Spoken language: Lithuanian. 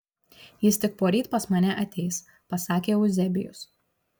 jis tik poryt pas mane ateis pasakė euzebijus